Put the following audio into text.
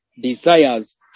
desires